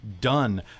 done